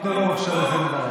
אז תנו לו בבקשה לסיים את דבריו.